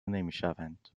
نمیشود